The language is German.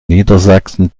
niedersachsen